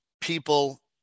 people